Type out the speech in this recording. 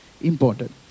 important